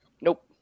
Nope